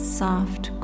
soft